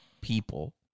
people